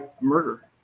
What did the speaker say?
murder